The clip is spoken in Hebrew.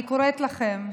אני קוראת לכם: